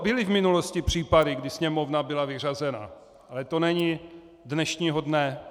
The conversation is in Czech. Byly v minulosti případy, kdy Sněmovna byla vyřazena, ale to není dnešního dne.